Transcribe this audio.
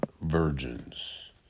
virgins